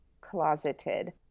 closeted